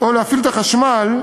או להפעיל את החשמל,